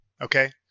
Okay